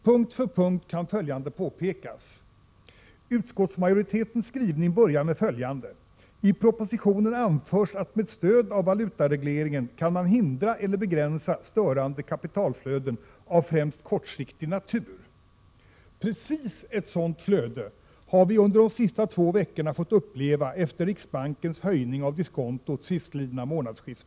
Punkt för punkt kan följande påpekas: Utskottsmajoritetens skrivning inleds på följande sätt: ”I propositionen anförs att med stöd av valutaregleringen kan man hindra eller begränsa störande kapitalflöden av främst kortfristig natur.” Precis ett sådant flöde har vi under de senaste två veckorna fått uppleva efter riksbankens höjning av diskontot sistlidna månadsskifte!